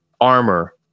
armor